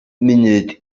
munud